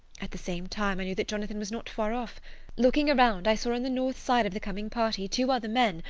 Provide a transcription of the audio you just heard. at the same time i knew that jonathan was not far off looking around i saw on the north side of the coming party two other men,